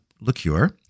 liqueur